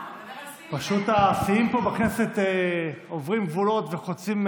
פשוט השיאים פה בכנסת עוברים גבולות וחוצים,